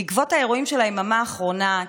בעקבות האירועים של היממה האחרונה,